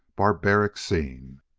barbaric scene.